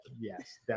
Yes